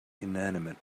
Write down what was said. inanimate